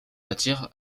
matière